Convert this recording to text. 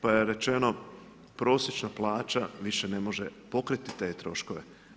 Pa je rečeno prosječna plaća više ne može pokriti te troškove.